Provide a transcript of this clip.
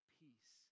peace